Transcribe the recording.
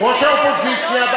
ראש האופוזיציה,